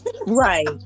Right